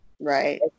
Right